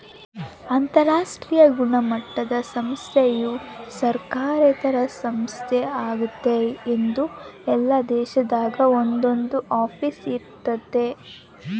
ಅಂತರಾಷ್ಟ್ರೀಯ ಗುಣಮಟ್ಟುದ ಸಂಸ್ಥೆಯು ಸರ್ಕಾರೇತರ ಸಂಸ್ಥೆ ಆಗೆತೆ ಅದು ಎಲ್ಲಾ ದೇಶದಾಗ ಒಂದೊಂದು ಆಫೀಸ್ ಇರ್ತತೆ